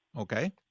Okay